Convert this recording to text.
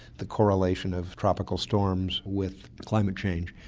the correlation of tropical storms with climate change.